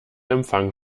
empfang